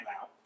out